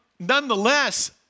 Nonetheless